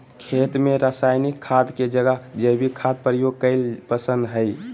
खेत में रासायनिक खाद के जगह जैविक खाद प्रयोग कईल पसंद हई